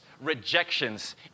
rejections